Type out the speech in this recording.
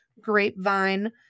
grapevine